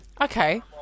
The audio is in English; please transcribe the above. Okay